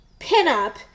pinup